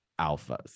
alphas